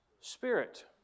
spirit